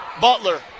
Butler